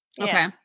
Okay